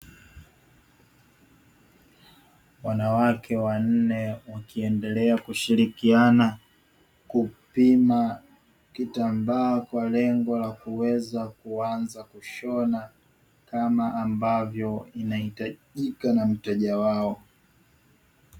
Wanawake wanne wakiendelea kushirikiana kupima kitambaa kwa lengo la kuweza kuanza kushona kama ambavyo inahitajika na mteja wao.